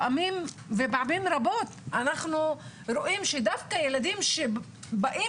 אבל פעמים רבות אנחנו רואים שדווקא מדובר בילדים שבאים